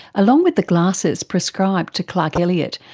along with the glasses prescribed to clark elliott,